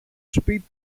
σπίτι